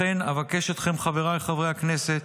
לכן, חבריי חברי הכנסת,